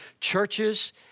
churches